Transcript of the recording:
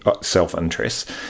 self-interest